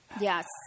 Yes